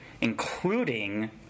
including